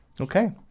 okay